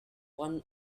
one